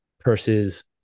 purses